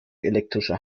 elektrischer